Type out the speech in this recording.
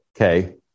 Okay